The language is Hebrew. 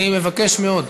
אני מבקש מאוד.